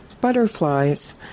Butterflies